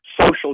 social